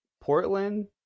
Portland